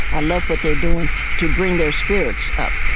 i love what they're doing to bring their spirits up.